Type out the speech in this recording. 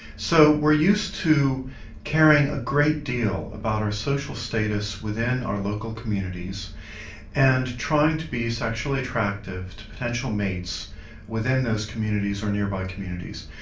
so we're used to caring a great deal about our social status within our local communities and trying to be sexually attractive to potential mates within those communities or nearby communities.